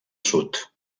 sud